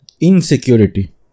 insecurity